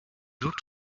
looked